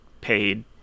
paid